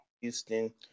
Houston